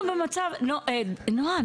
נועה,